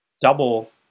double